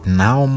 now